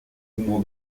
venons